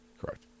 Correct